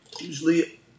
usually